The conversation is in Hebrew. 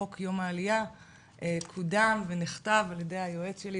חוק יום העלייה קודם ונכתב על ידי היועץ שלי,